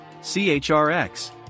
CHRX